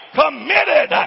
committed